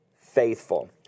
faithful